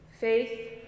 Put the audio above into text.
faith